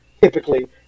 typically